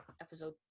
episode